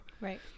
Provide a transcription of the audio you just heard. Right